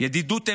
ידידות אמת,